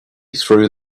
through